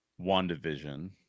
WandaVision